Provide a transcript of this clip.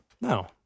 No